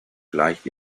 gleicht